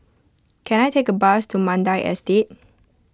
can I take a bus to Mandai Estate